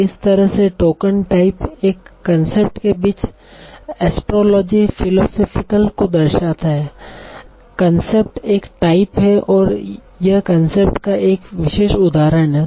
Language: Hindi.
इस तरह से टोकन टाइप एक कंसेप्ट के बीच एस्ट्रोलॉजी फिलोसोफिकल को दर्शाता है कंसेप्ट एक टाइप है ओर यह कंसेप्ट का एक विशेष उदाहरण है